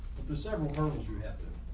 the several hurdles you have to